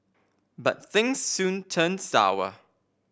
but things soon turned sour